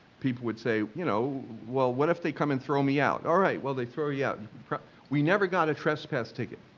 people would say, you know, well, what if they come and throw me out? all right, well they throw you yeah we never got a trespass ticket,